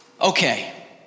okay